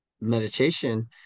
meditation